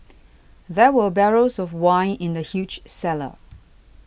there were barrels of wine in the huge cellar